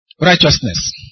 Righteousness